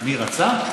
מי רצה?